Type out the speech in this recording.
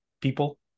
people